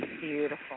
beautiful